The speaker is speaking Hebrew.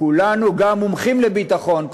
כולנו גם מומחים לביטחון.